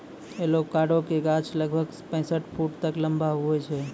avocado के गाछ लगभग पैंसठ फुट तक लंबा हुवै छै